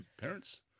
parents